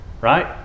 right